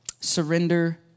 Surrender